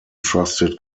trusted